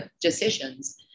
decisions